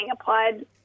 applied